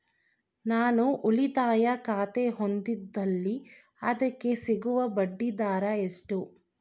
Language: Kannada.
ನಾನು ಉಳಿತಾಯ ಖಾತೆ ಹೊಂದಿದ್ದಲ್ಲಿ ಅದಕ್ಕೆ ಸಿಗುವ ಬಡ್ಡಿ ದರ ಎಷ್ಟು?